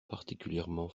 particulièrement